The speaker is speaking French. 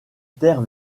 terre